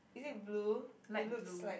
is it blue it looks like